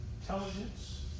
intelligence